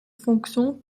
fonctions